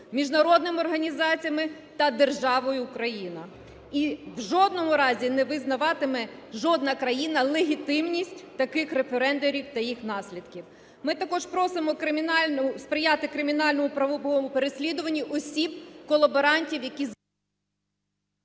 міжнародними організаціями та державою України. І в жодному разі не визнаватиме жодна країна легітимність таких референдумів та їх наслідків. Ми також просимо сприяти кримінальному і правовому переслідуванню осіб колаборантів, які…